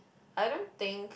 I don't think